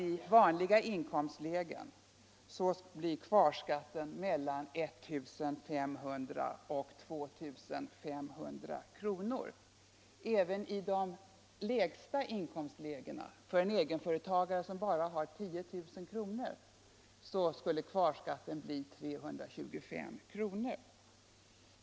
I vanliga inkomstlägen blir kvarskatten mellan 1500 och 2 500 kr. Även i de lägsta inkomstlägena — för en egenföretagare som bara har 10 000 kr. — skulle kvarskatten bli 325 kr.